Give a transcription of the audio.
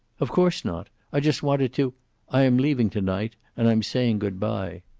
of course not. i just wanted to i am leaving to-night and i'm saying good-by.